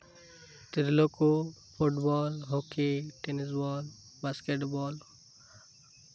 ᱛᱤᱨᱞᱟᱹ ᱠᱚ football hockey tennis ball basket ᱵᱚᱞ